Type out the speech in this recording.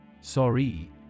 Sorry